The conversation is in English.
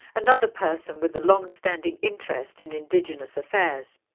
another person with a long standing interest in indigenous affairs.